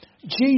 Jesus